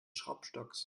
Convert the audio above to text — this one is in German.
schraubstocks